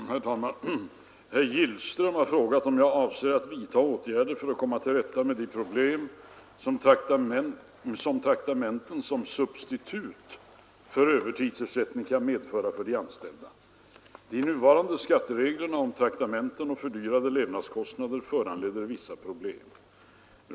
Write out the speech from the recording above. Herr talman! Herr Gillström har frågat mig om jag avser att vidtaga åtgärder för att komma till rätta med de problem som traktamenten som substitut för övertidsersättning kan medföra för de anställda. De nuvarande skattereglerna om traktamenten och fördyrade levnadskostnader föranleder vissa problem.